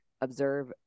observe